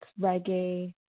reggae